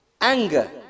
Anger